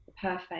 perfect